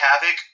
Havoc